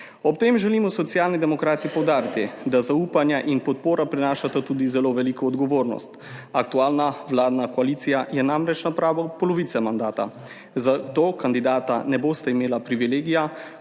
Ob tem želimo Socialni demokrati poudariti, da zaupanje in podpora prinašata tudi zelo veliko odgovornost. Aktualna vladna koalicija je namreč na pragu polovice mandata, zato kandidata ne bosta imela privilegija